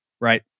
right